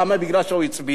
כי הוא הצביע.